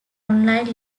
online